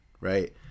right